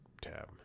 tab